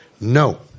No